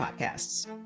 podcasts